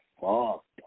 fucked